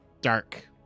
dark